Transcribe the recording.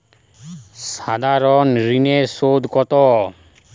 সাধারণ ঋণের সুদ কত?